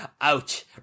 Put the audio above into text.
ouch